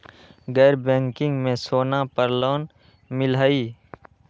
गैर बैंकिंग में सोना पर लोन मिलहई?